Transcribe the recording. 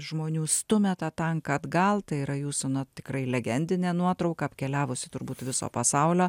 žmonių stumia tą tanką atgal tai yra jūsų na tikrai legendinė nuotrauka apkeliavusi turbūt viso pasaulio